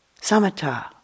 Samatha